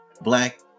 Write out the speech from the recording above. black